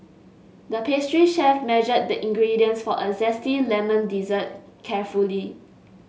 the pastry chef measured the ingredients for a zesty lemon dessert carefully